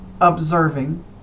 observing